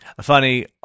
funny